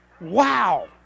Wow